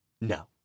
No